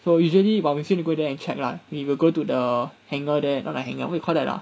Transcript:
so usually while we still need to go there and check lah we will go to the hanger there you know the hanger what you call that ah